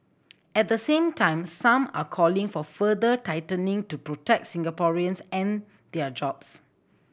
at the same time some are calling for further tightening to protect Singaporeans and their jobs